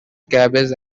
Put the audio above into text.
cabbage